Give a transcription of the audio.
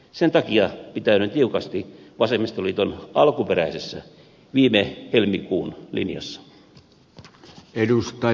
sen takia pitäydyn tiukasti vasemmistoliiton alkuperäisessä viime helmikuun linjassa